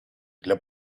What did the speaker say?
для